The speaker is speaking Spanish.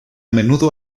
menudo